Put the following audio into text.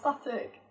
static